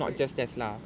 wait